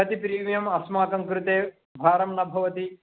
कति प्रिमियम् अस्माकं कृते भारं न भवति